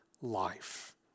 life